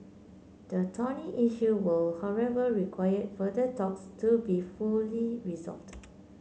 the thorny issue will however require further talks to be fully resolved